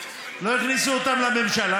לא הכניסו אותם לממשלה,